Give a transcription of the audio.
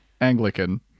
anglican